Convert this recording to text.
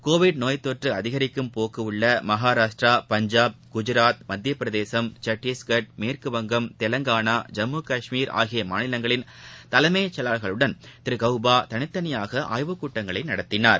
Covid நோய்த்தொற்று அதிகரிக்கும் போக்கு உள்ள மகாராஷ்ட்ரா பஞ்சாப் குஜராத் மத்தியபிரதேசம் சத்தீஸ்கர் மேற்குவங்கம் தெலங்கானா ஜம்மு காஷ்மீர் ஆகிய மாநிலங்களின் தலைமை செயலாளர்களுடன் திரு கவுபா தனித்தனியாக ஆய்வுக் கூட்டங்களை நடத்தினார்